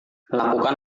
lakukan